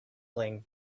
playing